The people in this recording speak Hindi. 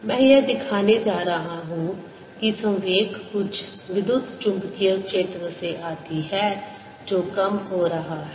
मैं यह दिखाने जा रहा हूं कि संवेग कुछ विद्युत चुम्बकीय क्षेत्र से आती है जो कम हो रहा है